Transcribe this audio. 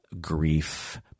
grief